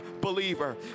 believer